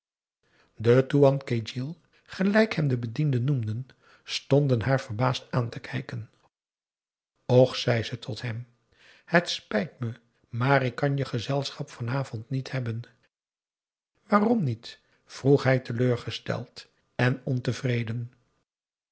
ketjil gelijk hem de bedienden noemden stond haar verbaasd aan te kijken och zei ze tot hem het spijt me maar ik kan je gezelschap van avond niet hebben waarom niet vroeg hij teleurgesteld en ontevreden